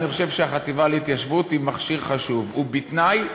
אני חושב שהחטיבה להתיישבות היא מכשיר חשוב, בתנאי